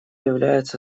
является